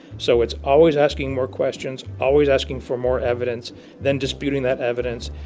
so it's always asking more questions always asking for more evidence than disputing that evidence.